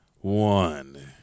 one